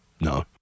no